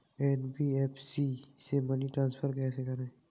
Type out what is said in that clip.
NBFC से money transfer कैसे करें?